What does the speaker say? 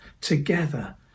together